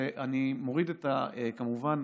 ואני כמובן